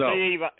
Steve